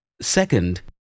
Second